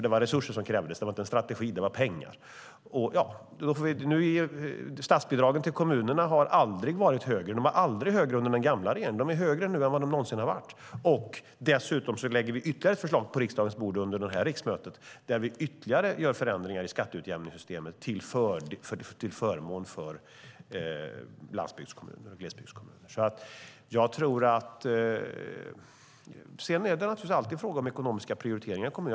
Det var resurser som krävdes - det var inte en strategi, utan det var pengar. Statsbidragen till kommunerna har aldrig varit högre. De var aldrig högre under den gamla regeringen; de är högre nu än de någonsin har varit. Dessutom lägger vi ytterligare ett förslag på riksdagens bord under detta riksmöte där vi gör ytterligare förändringar i skatteutjämningssystemet till förmån för landsbygds och glesbygdskommuner. Sedan är det naturligtvis alltid en fråga om ekonomiska prioriteringar i kommunerna.